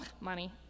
money